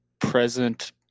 present